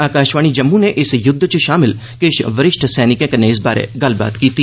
आकाशवाणी जम्मू नै इस यूद्ध च शामल किश वरिष्ठ सैनिकें कन्नै इस बारै गल्लबात कीती